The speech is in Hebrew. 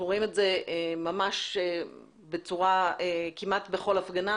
אנחנו רואים את זה ממש כמעט בכל הפגנה,